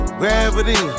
gravity